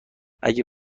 اگه